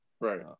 Right